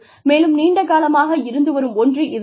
மேலும் நீண்ட காலமாக இருந்து வரும் ஒன்று இது தான்